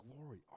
glory